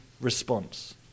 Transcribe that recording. response